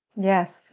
Yes